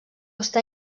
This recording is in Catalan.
està